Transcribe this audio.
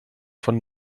von